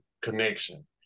connection